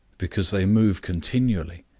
because they move continually,